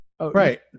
Right